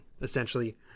essentially